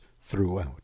throughout